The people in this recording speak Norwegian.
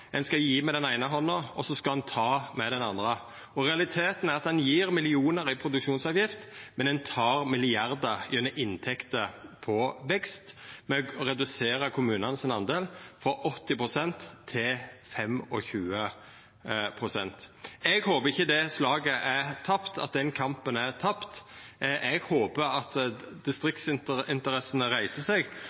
Ein skal gje med den eine handa, og så skal ein ta med den andre. Realiteten er at ein gjev millionar i produksjonsavgift, men ein tek milliardar gjennom inntekter på vekst med å redusera kommunane sin del frå 80 pst. til 25 pst. Eg håpar ikkje det slaget er tapt, at den kampen er tapt. Eg håpar at distriktsinteressene reiser seg